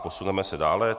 Posuneme se dále.